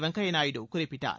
வெங்கையா நாயுடு குறிப்பிட்டார்